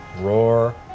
Roar